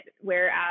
Whereas